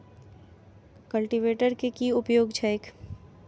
Cultivator केँ की उपयोग छैक?